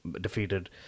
defeated